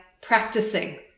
practicing